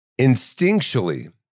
Instinctually